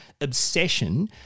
obsession